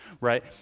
right